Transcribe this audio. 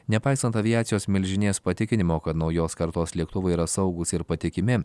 nepaisant aviacijos milžinės patikinimo kad naujos kartos lėktuvai yra saugūs ir patikimi